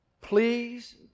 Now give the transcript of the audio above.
please